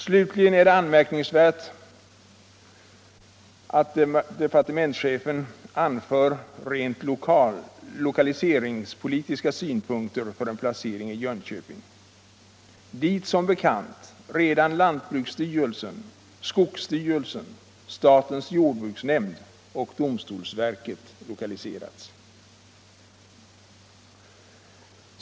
Slutligen är det anmärkningsvärt att departementschefen anför att rent lokaliseringspolitiska synpunkter skulle tala för en placering i Jönköping, dit som bekant redan lantbruksstyrelsen, skogsstyrelsen, statens jordbruksnämnd och domstolsverket har lokaliserats.